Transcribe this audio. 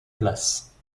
places